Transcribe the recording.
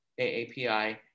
AAPI